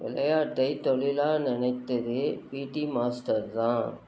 விளையாட்டை தொழிலா நினைத்தது பிடி மாஸ்டர் தான்